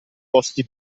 posti